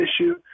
issue